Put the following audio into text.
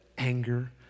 Anger